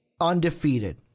undefeated